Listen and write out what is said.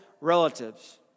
relatives